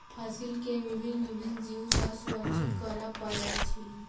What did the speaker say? फसील के भिन्न भिन्न जीव सॅ सुरक्षित करअ पड़ैत अछि